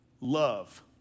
Love